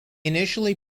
initially